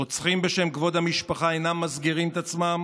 רוצחים בשם כבוד המשפחה אינם מסגירים את עצמם